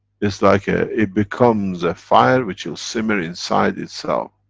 it's like. ah it becomes a fire, which will simmer inside itself.